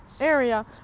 area